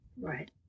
Right